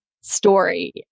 story